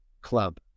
Club